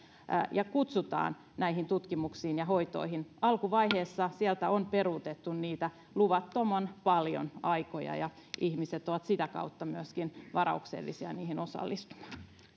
ja kutsuttaisiin näihin tutkimuksiin ja hoitoihin alkuvaiheessa sieltä on peruutettu niitä aikoja luvattoman paljon ja ihmiset ovat sitä kautta myöskin varauksellisia niihin osallistumaan